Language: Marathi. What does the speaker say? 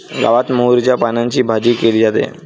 गावात मोहरीच्या पानांची भाजी केली जाते